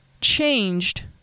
changed